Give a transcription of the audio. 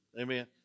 Amen